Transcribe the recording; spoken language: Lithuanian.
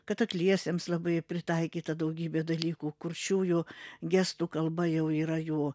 kad akliesiems labai pritaikyta daugybė dalykų kurčiųjų gestų kalba jau yra jų